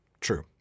True